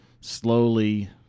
slowly